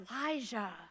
Elijah